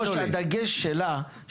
נכס של המדינה,